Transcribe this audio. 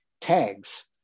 tags